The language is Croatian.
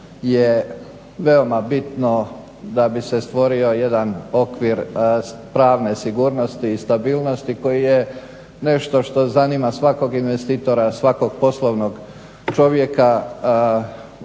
je veoma bitno da bi se stvorio jedan okvir pravne sigurnosti i stabilnosti koji je nešto što zanima svakog investitora, svakog poslovnog čovjeka